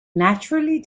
naturally